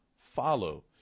follow